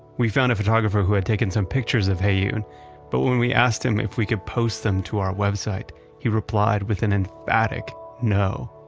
we found a photographer who had taken some pictures of heyoon but when we asked him if we could post them to our website he replied with an emphatic no.